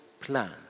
plan